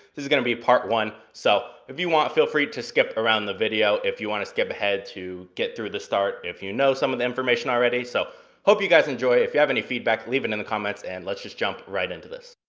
this is gonna be part one. so if you want, feel free to skip around the video if you wanna skip ahead to get through the start if you know some of the information already. so i hope you guys enjoy it. if you have any feedback, leave it in the comments, and let's just jump right into this.